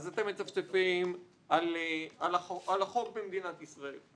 אז אתם מצפצפים על החוק במדינת ישראל.